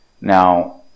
now